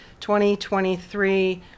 2023